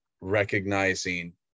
recognizing